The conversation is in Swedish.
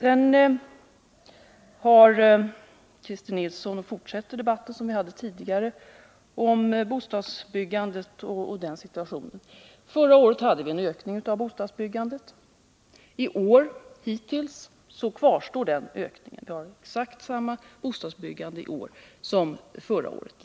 Christer Nilsson fortsätter den debatt som vi hade tidigare om bostadssituationen. Förra året ökade bostadsbyggandet. I år har vi hittills haft samma bostadsbyggande som förra året.